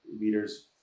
leaders